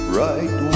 right